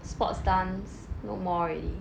sports dance no more already